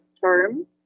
term